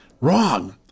wrong